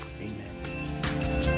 amen